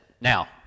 Now